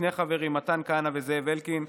שני חברים: מתן כהנא וזאב אלקין,